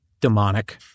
demonic